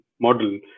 model